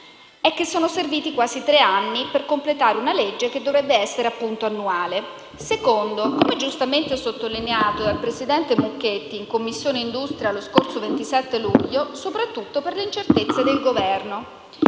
è che sono serviti quasi tre anni per completare una legge che dovrebbe essere, appunto, annuale; il secondo, come giustamente sottolineato dal presidente Mucchetti in Commissione industria lo scorso 27 luglio, soprattutto per le incertezze del Governo.